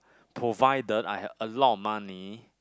provided I have a lot of money